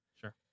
Sure